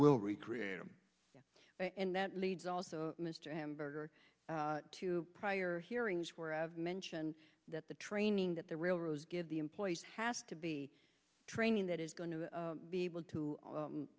will recreate them and that leads also mr hamburger to prior hearings where i've mentioned that the training that the railroads give the employees has to be training that is going to be able to